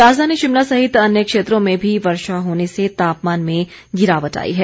राजधानी शिमला सहित अन्य क्षेत्रों में भी वर्षा होने से तापमान में गिरावट आई है